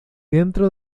dentro